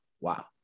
wow